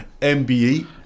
MBE